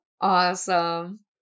Awesome